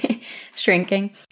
Shrinking